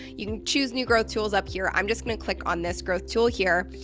you can choose new growth tools up here, i'm just gonna click on this growth tool here,